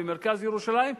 במרכז ירושלים,